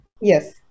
Yes